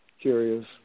curious